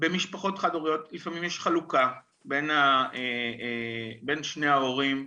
במשפחות חד הוריות לפעמים יש חלוקה בין שני ההורים.